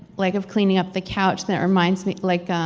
like of cleaning up the couch, that reminds me. like ah